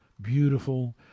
beautiful